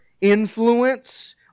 influence